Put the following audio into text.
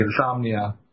insomnia